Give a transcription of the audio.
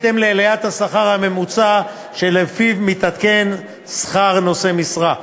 בהתאם לעליית השכר הממוצע שלפיו מתעדכן שכר נושא משרה.